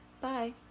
Bye